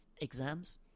exams